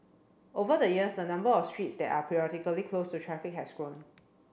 over the years the number of streets that are periodically closed to traffic has grown